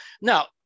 now